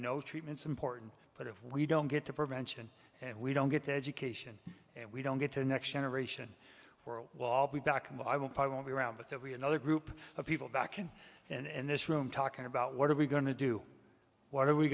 know treatments important put if we don't get to prevention and we don't get the education and we don't get to the next generation world well i'll be back in the i will probably around but there we another group of people back in and this room talking about what are we going to do what are we